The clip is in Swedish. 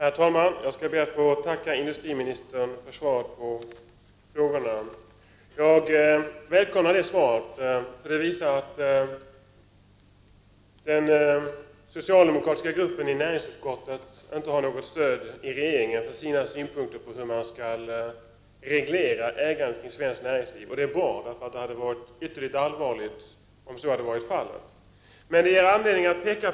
Herr talman! Jag skall be att få tacka industriministern för svaret på frågorna. Jag välkomnar svaret eftersom det visar att den socialdemokratiska gruppen i näringsutskottet inte har något stöd i regeringen för sina synpunkter på hur man skall reglera ägandet i svenskt näringsliv. Det är bra, då det hade varit ytterligt allvarligt om det hade funnits stöd.